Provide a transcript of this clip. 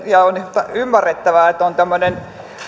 ja on ymmärrettävää että on tämmöinen